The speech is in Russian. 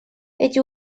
эти